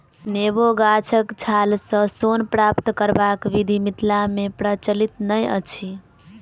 नेबो गाछक छालसँ सोन प्राप्त करबाक विधि मिथिला मे प्रचलित नै अछि